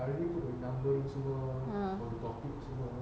ah